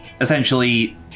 essentially